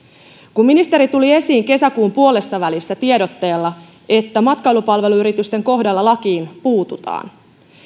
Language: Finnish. kun ministeri tuli esiin kesäkuun puolessavälissä tiedotteella että matkailupalveluyritysten kohdalla lakiin puututaan